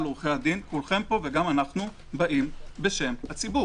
עורכי הדין; כולם פה וגם אנחנו באים בשם הציבור.